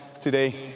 today